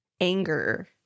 anger